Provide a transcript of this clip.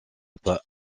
pas